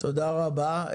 תודה רבה.